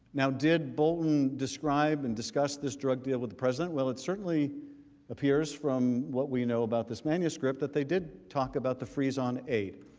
now, did bolton describe and discuss this drug deal with the president? it certainly appears from what we know about this manuscript that they did talk about the freeze on a.